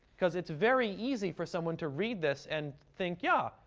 because it's very easy for someone to read this and think, yeah,